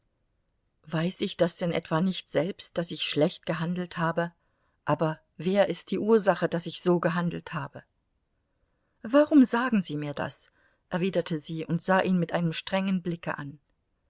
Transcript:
weiß ich das denn etwa nicht selbst daß ich schlecht gehandelt habe aber wer ist die ursache daß ich so gehandelt habe warum sagen sie mir das erwiderte sie und sah ihn mit einem strengen blicke an